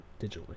digitally